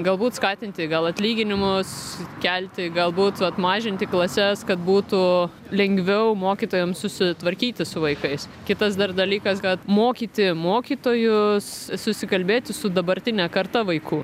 galbūt skatinti gal atlyginimus kelti galbūt mažinti klases kad būtų lengviau mokytojam susitvarkyti su vaikais kitas dalykas kad mokyti mokytojus susikalbėti su dabartine karta vaikų